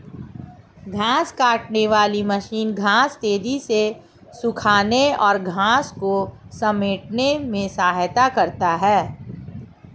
घांस काटने वाली मशीन घांस तेज़ी से सूखाने और घांस को समेटने में सहायता करता है